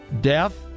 death